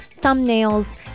thumbnails